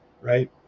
right